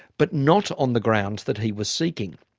but not on the grounds that he was seeking.